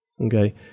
okay